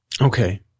Okay